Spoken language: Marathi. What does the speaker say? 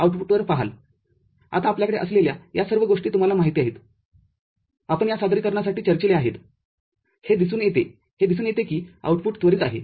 आताआपल्याकडे असलेल्या या सर्व गोष्टीतुम्हाला माहिती आहेआपण या सादरीकरणासाठी चर्चिल्या आहेतहे दिसून येतेहे दिसून येते कि आउटपुटत्वरित आहे